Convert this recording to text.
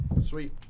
Sweet